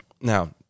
Now